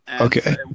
Okay